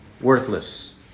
worthless